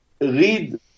read